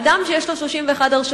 אדם שיש לו 31 הרשעות,